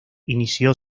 inició